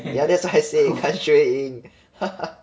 yeah that's what I said 看谁赢